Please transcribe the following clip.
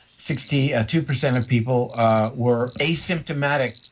sixty ah two percent of people were asymptomatic